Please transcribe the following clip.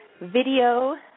video